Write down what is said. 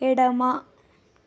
ఎడమ